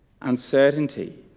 uncertainty